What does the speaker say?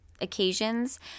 occasions